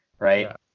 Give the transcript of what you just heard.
right